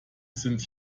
sind